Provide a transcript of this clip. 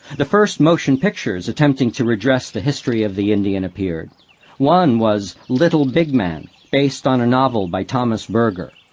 the first motion pictures attempting to redress the history of the indian appeared one was little big man, based on a novel by thomas berger.